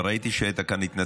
אבל ראיתי שהייתה כאן התנצחות,